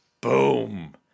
Boom